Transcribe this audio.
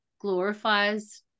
glorifies